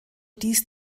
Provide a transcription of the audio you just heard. dies